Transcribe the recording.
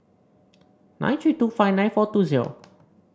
nine tree two five nine four two zero